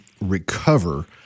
recover